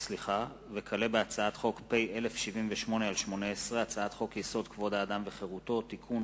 הצעת חוק נציב תלונות הציבור על שופטים (תיקון,